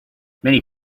many